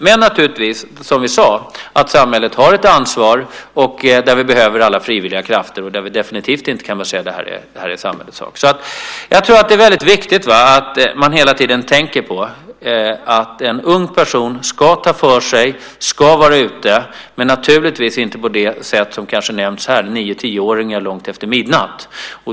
Men som vi sade har samhället naturligtvis ett ansvar, där vi behöver alla frivilliga krafter och där vi definitivt inte kan säga att det är samhällets sak. Jag tror att det är väldigt viktigt att man hela tiden tänker på att en ung person ska ta för sig och ska vara ute, men naturligtvis inte på det sätt som har nämnts här, att nio och tioåringar är ute långt efter midnatt.